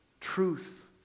Truth